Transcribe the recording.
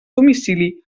domicili